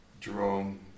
Jerome